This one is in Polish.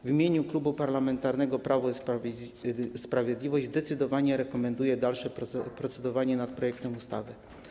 W imieniu Klubu Parlamentarnego Prawo i Sprawiedliwość zdecydowanie rekomenduję dalsze procedowanie nad projektem ustawy.